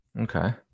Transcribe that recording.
okay